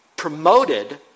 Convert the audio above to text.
promoted